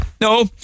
No